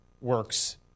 works